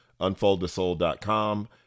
unfoldthesoul.com